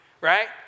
right